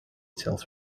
tells